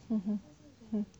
mmhmm